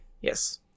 Yes